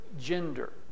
gender